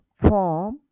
form